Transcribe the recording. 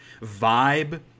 vibe